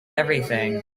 everything